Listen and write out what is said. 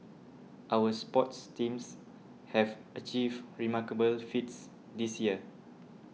our sports teams have achieved remarkable feats this year